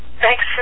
Thanks